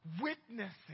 witnessing